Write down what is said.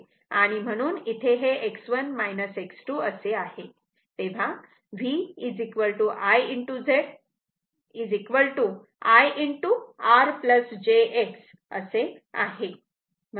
म्हणून इथे हे X1 X2 असे आहे आणि V I Z I R jX आहे